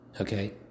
okay